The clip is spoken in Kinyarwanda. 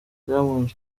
diamond